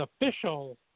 official